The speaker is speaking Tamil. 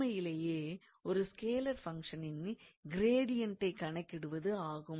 உண்மையிலே ஒரு ஸ்கேலார் ஃபங்க்ஷனின் கிரேடியன்ட்டைக் கணக்கிடுவது ஆகும்